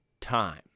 time